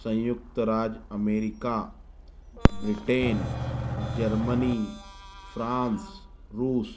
संयुक्त राज America Britain Germany France रूस